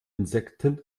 insekten